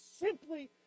simply